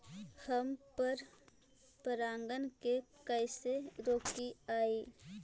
हम पर परागण के कैसे रोकिअई?